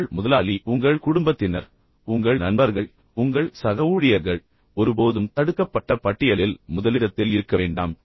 உங்கள் முதலாளி உங்கள் குடும்பத்தினர் உங்கள் நண்பர்கள் உங்கள் சக ஊழியர்கள் ஒருபோதும் தடுக்கப்பட்ட பட்டியலில் முதலிடத்தில் இருக்கவேண்டாம்